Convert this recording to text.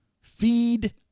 Feed